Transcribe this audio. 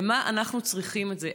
למה אנחנו צריכים את זה?